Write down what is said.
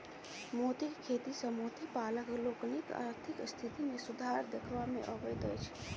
मोतीक खेती सॅ मोती पालक लोकनिक आर्थिक स्थिति मे सुधार देखबा मे अबैत अछि